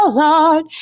lord